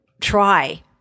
try